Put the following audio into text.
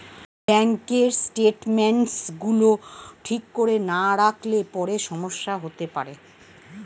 ব্যাঙ্কের স্টেটমেন্টস গুলো ঠিক করে না রাখলে পরে সমস্যা হতে পারে